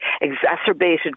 exacerbated